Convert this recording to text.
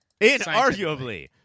Inarguably